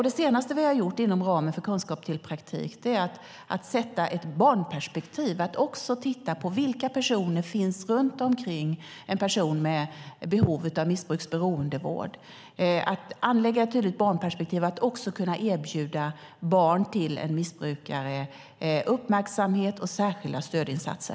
Det senaste vi har gjort inom ramen för Kunskap till praktik är att sätta in ett barnperspektiv, att också titta på vilka personer som finns runt omkring en person med behov av missbruks och beroendevård, att anlägga ett tydligt barnperspektiv och att kunna erbjuda barn till en missbrukare uppmärksamhet och särskilda stödinsatser.